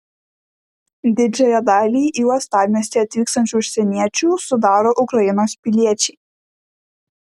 didžiąją dalį į uostamiestį atvykstančių užsieniečių sudaro ukrainos piliečiai